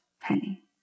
penny